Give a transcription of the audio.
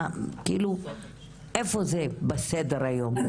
מה, כאילו איפה זה עומד אצלכם בסדר היום?